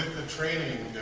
the training